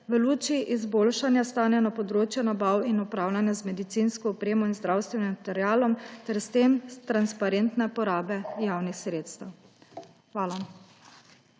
v luči izboljšanja stanja na področju nabav in upravljanja z medicinsko opremo in zdravstvenim materialom ter s tem transparentne porabe javnih sredstev. Hvala.